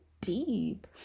deep